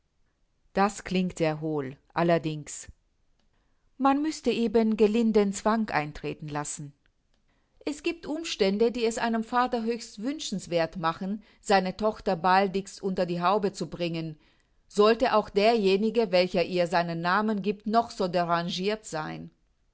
das klingt sehr hohl allerdings man müßte eben gelinden zwang eintreten lassen es giebt umstände die es einem vater höchst wünschenswerth machen seine tochter baldigst unter die haube zu bringen sollte auch derjenige welcher ihr seinen namen giebt noch so derangirt sein